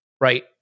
right